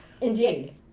Indeed